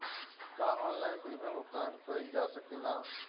का online premium भुगतान कईल जा सकेला?